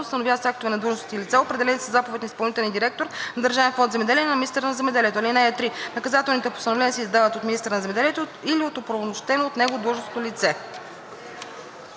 установяват с актове на длъжностни лица, определени със заповед на изпълнителния директор на Държавен фонд „Земеделие“ или на министъра на земеделието. (3) Наказателните постановления се издават от министъра на земеделието или от оправомощено от него длъжностно лице.